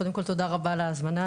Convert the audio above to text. קודם כל תודה רבה על ההזמנה,